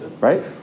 Right